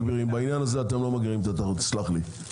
בעניין הזה אתם לא מגבירים את התחרות, תסלח לי.